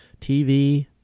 TV